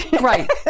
right